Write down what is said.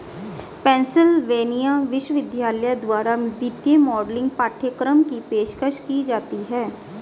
Pennsylvania विश्वविद्यालय द्वारा वित्तीय मॉडलिंग पाठ्यक्रम की पेशकश की जाती हैं